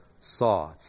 saw